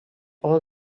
all